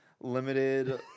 Limited